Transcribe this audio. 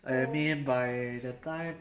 I mean by the time